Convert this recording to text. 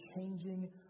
changing